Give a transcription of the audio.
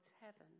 heaven